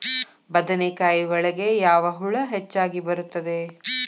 ಬದನೆಕಾಯಿ ಒಳಗೆ ಯಾವ ಹುಳ ಹೆಚ್ಚಾಗಿ ಬರುತ್ತದೆ?